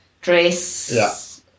dress